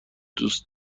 دوست